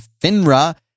FINRA